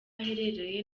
aherereye